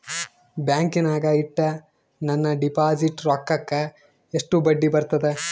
ಬ್ಯಾಂಕಿನಾಗ ಇಟ್ಟ ನನ್ನ ಡಿಪಾಸಿಟ್ ರೊಕ್ಕಕ್ಕ ಎಷ್ಟು ಬಡ್ಡಿ ಬರ್ತದ?